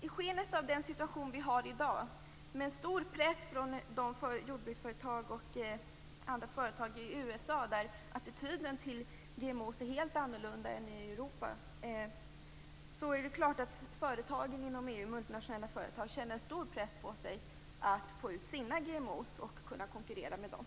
I skenet av den situation vi befinner oss i i dag, med en stor press från de jordbruksföretag och de andra företag i USA där attityden till GMO:er är helt annorlunda än i Europa, är det klart att multinationella företag inom EU känner en stor press att få ut sina GMO:er på marknaden och konkurrera med dem.